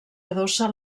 adossa